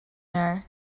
know